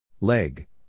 Leg